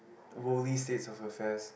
worldly states of affairs